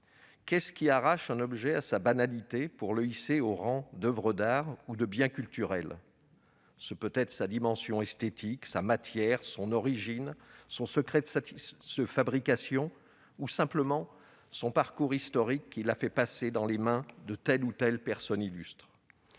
Qu'est-ce qui arrache un objet à sa banalité pour le hisser au rang d'oeuvre d'art ou de bien culturel ? Ce peut être sa dimension esthétique, sa matière, son origine, son secret de fabrication ou simplement son parcours historique l'ayant fait passer dans les mains de telle ou telle personne illustre.